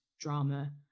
drama